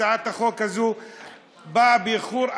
הצעת החוק הזאת באה באיחור,